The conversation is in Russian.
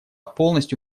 полностью